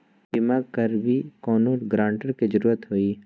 बिमा करबी कैउनो गारंटर की जरूरत होई?